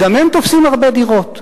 גם הם תופסים הרבה דירות.